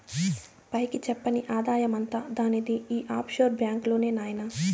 పైకి చెప్పని ఆదాయమంతా దానిది ఈ ఆఫ్షోర్ బాంక్ లోనే నాయినా